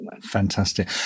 fantastic